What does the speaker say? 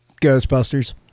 Ghostbusters